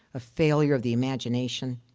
a failure of the imagination.